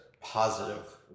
positive